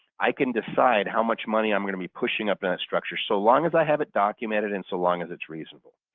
i can decide how much money i'm going to be pushing up in a structure so long as i have it documented and so long as it's reasonable.